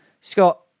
Scott